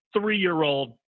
Three-year-old